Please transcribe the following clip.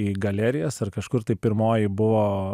į galerijas ar kažkur tai pirmoji buvo